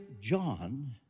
John